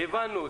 הבנו.